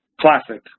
classic